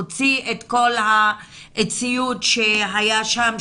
הוציא את כל הציוד שהיה שם,